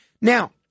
Now